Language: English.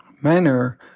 manner